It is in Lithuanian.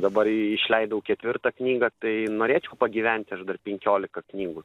dabar išleidau ketvirtą knygą tai norėčiau pagyventi aš dar penkiolika knygų